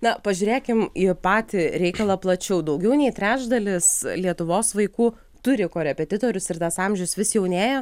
na pažiūrėkim į patį reikalą plačiau daugiau nei trečdalis lietuvos vaikų turi korepetitorius ir tas amžius vis jaunėja